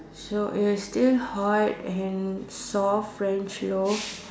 so is still hot and soft French loaf